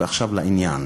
ועכשיו לעניין: